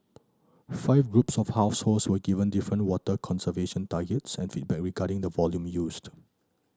five groups of households were given different water conservation targets and feedback regarding the volume used